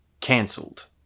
cancelled